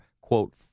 quote